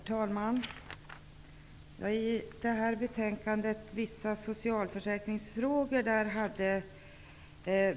Herr talman! I detta betänkande om vissa socialförsäkringsfrågor behandlas bl.a.